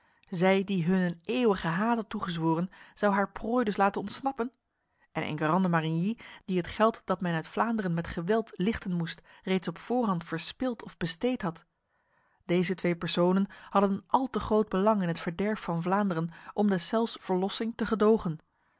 zij die hun een eeuwige haat had toegezworen zou haar prooi dus laten ontsnappen en enguerrand de marigny die het geld dat men uit vlaanderen met geweld lichten moest reeds op voorhand verspild of besteed had deze twee personen hadden een al te groot belang in het verderf van vlaanderen om deszelfs verlossing te gedogen